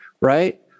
Right